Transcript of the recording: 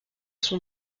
son